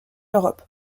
europe